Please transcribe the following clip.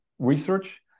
research